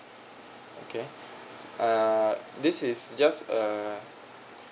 okay so uh this is just uh